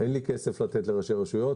אין לי כסף לתת לראשי רשויות.